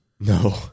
No